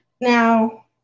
Now